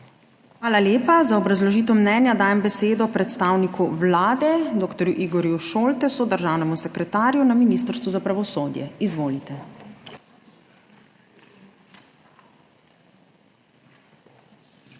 Hvala lepa. Za obrazložitev mnenja dajem besedo predstavniku Vlade dr. Igorju Šoltesu, državnemu sekretarju na Ministrstvu za pravosodje. Izvolite. **DR.